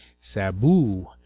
Sabu